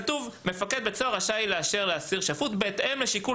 כתוב: "מפקד בית סוהר רשאי לאסיר שפוט בהתאם לשיקול